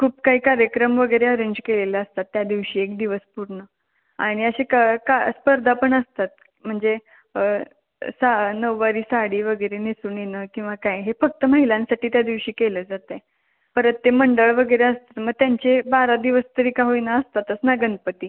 खूप काही कार्यक्रम वगैरे अरेंज केलेले असतात त्या दिवशी एक दिवस पूर्ण आणि असे क का स्पर्धा पण असतात म्हणजे सा नऊवारी साडी वगैरे नेसून येणं किंवा काय हे फक्त महिलांसाठी त्या दिवशी केलं जात आहे परत ते मंडळ वगैरे असतात मग त्यांचे बारा दिवस तरी का होईना असतातच ना गणपती